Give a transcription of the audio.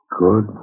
good